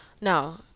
now